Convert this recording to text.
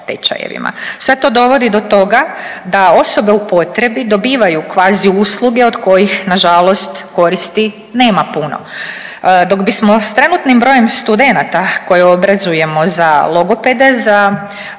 Sve to dovodi do toga da osobe u potrebi dobivaju kvazi usluge od kojih nažalost koristi nema puno. Dok bismo s trenutnim brojem studenata koje obrazujemo za logopede za,